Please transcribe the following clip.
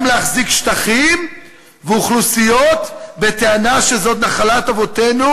גם להחזיק שטחים ואוכלוסיות בטענה שזאת נחלת אבותינו,